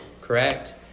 correct